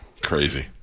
Crazy